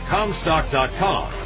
Comstock.com